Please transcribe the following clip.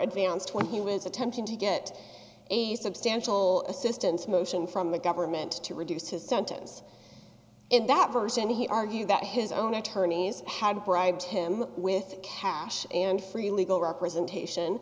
advanced when he was attempting to get a substantial assistance motion from the government to reduce his sentence in that verse and he argued that his own attorneys had bribed him with cash and free legal representation